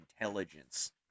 intelligence